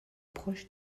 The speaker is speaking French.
proche